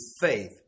faith